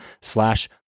slash